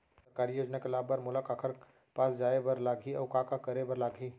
सरकारी योजना के लाभ बर मोला काखर पास जाए बर अऊ का का करे बर लागही?